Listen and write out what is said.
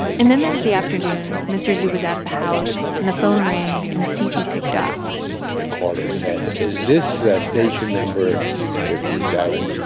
and then there was the afternoon mr. zhu was out of the house and the phone rang and cc picked up the caller said, is this station number fifty seven?